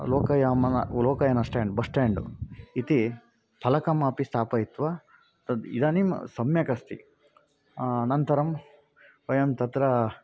लोकयानं लोकयानं stand bus stand इति फलकमपि स्थापयित्वा तद् इदानीं सम्यक् अस्ति अनन्तरं वयं तत्र